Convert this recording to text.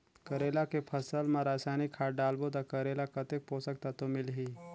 करेला के फसल मा रसायनिक खाद डालबो ता करेला कतेक पोषक तत्व मिलही?